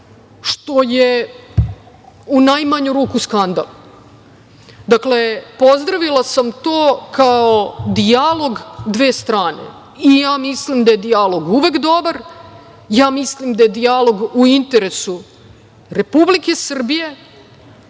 što je u najmanju ruku skandal. Pozdravila sam to kao dijalog dve strane. Mislim da je dijalog uvek dobar, mislim da je dijalog u interesu Republike Srbije,